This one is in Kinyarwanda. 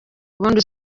ubundi